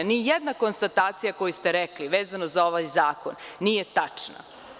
Nijedna konstatacija koju ste rekli, vezano za ovaj zakon nije tačna.